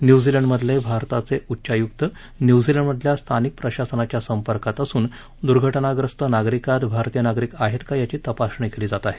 न्युझिलंडमधले भारताचे उच्चायुक्त न्युझिलंड मधल्या स्थानिक प्रसाशनाच्या संपर्कात असून दुर्घटनाग्रस्त नागरिकात भारतीय नागरिक आहे का याची तपासणी केली जात आहे